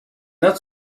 not